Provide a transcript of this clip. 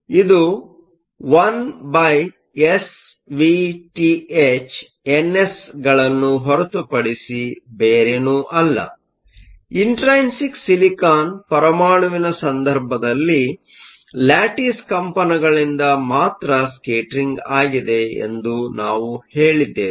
ಇದು 1SVthNs ಗಳನ್ನು ಹೊರತುಪಡಿಸಿ ಬೇರೇನೂ ಅಲ್ಲಇಂಟ್ರೈನ್ಸಿಕ್ ಸಿಲಿಕಾನ್ ಪರಮಾಣುವಿನ ಸಂದರ್ಭದಲ್ಲಿ ಲ್ಯಾಟಿಸ್ ಕಂಪನಗಳಿಂದ ಮಾತ್ರ ಸ್ಕೇಟರಿಂಗ್ ಆಗಿದೆ ಎಂದು ನಾವು ಹೇಳಿದ್ದೇವೆ